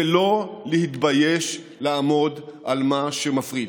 ולא להתבייש לעמוד על מה שמפריד.